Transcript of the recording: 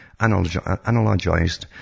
analogized